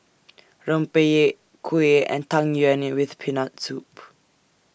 Rempeyek Kuih and Tang Yuen New with Peanut Soup